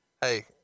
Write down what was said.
hey